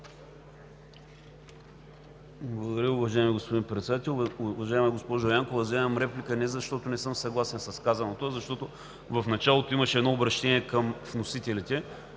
Благодаря, уважаеми господин Председател. Уважаема госпожо Янкова, вземам реплика, не защото не съм съгласен с казаното, а защото в началото имаше едно обръщение към вносителите.